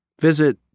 visit